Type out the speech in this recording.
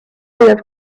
jääb